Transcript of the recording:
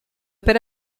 per